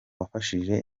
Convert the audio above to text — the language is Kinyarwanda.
wafashije